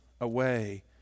away